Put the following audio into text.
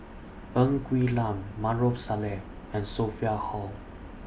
Ng Quee Lam Maarof Salleh and Sophia Hull